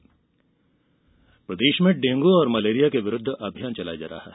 डेंग् प्रदेश में डेंगू और मलेरिया के विरुद्ध अभियान चलाया जा रहा है